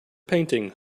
painting